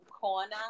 Corner